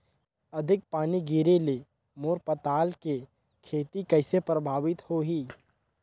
अधिक पानी गिरे ले मोर पताल के खेती कइसे प्रभावित होही?